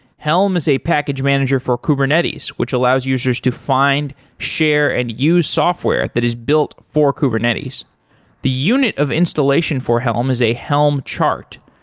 helm is a package manager for kubernetes, which allows users to find, share and use software that is built for kubernetes unit of installation for helm as a helm chart.